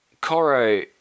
Coro